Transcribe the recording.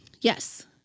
Yes